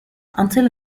until